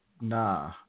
Nah